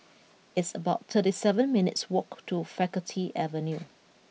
it's about thirty seven minutes' walk to Faculty Avenue